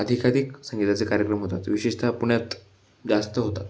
अधिकाधिक संगीताचे कार्यक्रम होतात विशेषतः पुण्यात जास्त होतात